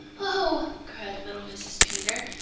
oh! cried little mrs. peter,